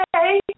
Hey